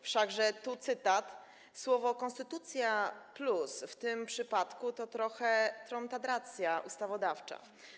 Wszakże, tu cytat: Słowo „konstytucja+” w tym przypadku to trochę tromtadracja ustawodawcza.